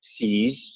sees